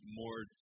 more